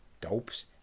dopes